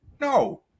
No